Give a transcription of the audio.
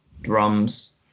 drums